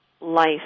life